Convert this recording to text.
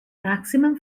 maximum